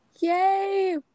Yay